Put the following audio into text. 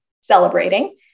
celebrating